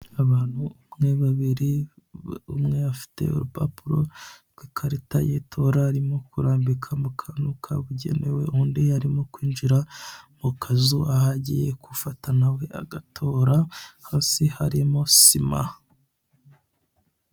Abagore babiri umwe afite urupapuro rw'ikarita y'itora arimo kurambika mu kantu kabugenewe, undi arimo kwinjira mu kazu aho agiye gufata na we agatora, hasi harimo sima.